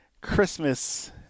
christmas